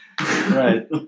Right